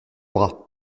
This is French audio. bras